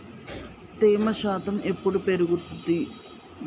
తేమ శాతం ఎప్పుడు పెరుగుద్ది?